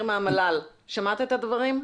שמעת את הדברים?